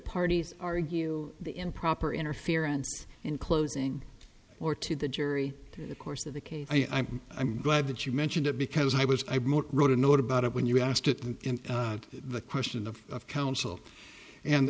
parties argue the improper interference in closing or to the jury the course of the case i am glad that you mentioned it because i was i wrote a note about it when you asked it and the question of counsel and